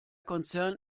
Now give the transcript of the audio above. konzern